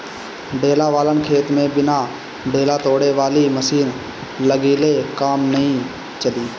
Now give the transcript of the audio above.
ढेला वालन खेत में बिना ढेला तोड़े वाली मशीन लगइले काम नाइ चली